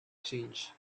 change